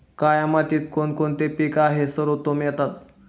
काया मातीत कोणते कोणते पीक आहे सर्वोत्तम येतात?